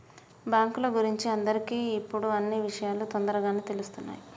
బాంకుల గురించి అందరికి ఇప్పుడు అన్నీ ఇషయాలు తోందరగానే తెలుస్తున్నాయి